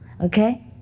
Okay